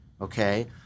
okay